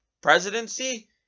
presidency